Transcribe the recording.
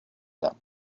them